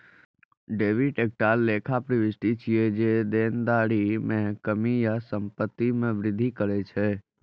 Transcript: debit एकटा लेखा प्रवृष्टि छियै, जे देनदारी मे कमी या संपत्ति मे वृद्धि करै छै